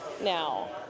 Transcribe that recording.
now